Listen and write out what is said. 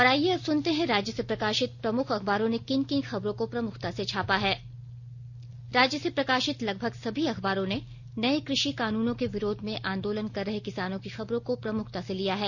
और आईये अब सुनते हैं राज्य से प्रकाशित प्रमुख अखबारों ने किन किन खबरों को प्रमुखता से छापा है राज्य से प्रकाशित लगभग सभी अखबारों ने नए कृषि कानूनों के विरोध में आंदोलन कर रहे किसानों की खबरों को प्रमुखता से लिया है